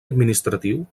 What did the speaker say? administratiu